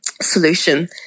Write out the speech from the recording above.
Solution